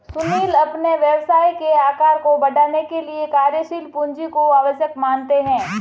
सुनील अपने व्यवसाय के आकार को बढ़ाने के लिए कार्यशील पूंजी को आवश्यक मानते हैं